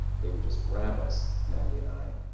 they would just grab us, mandy and i,